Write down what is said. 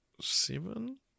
seven